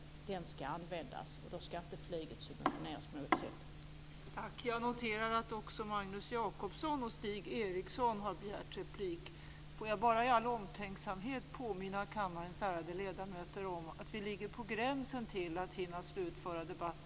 Den ska användas, och då ska inte flyget subventioneras på något sätt.